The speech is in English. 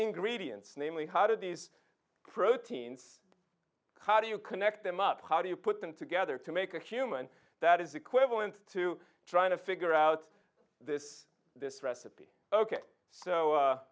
ingredients namely how do these proteins how do you connect them up how do you put them together to make a human that is equivalent to trying to figure out this this recipe ok so